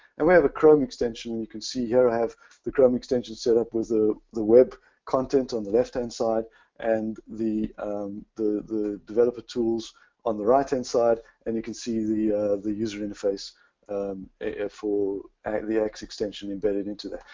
and we have a chrome extension and you can see here. i have the chrome extension set up with the the web content on the left-hand side and the the developer tools on the right-hand side. and you can see the the user interface um for the axe extension embedded into there.